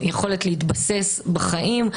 יכולת להתבסס בחיים,